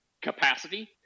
capacity